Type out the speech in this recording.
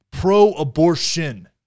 pro-abortion